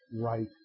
right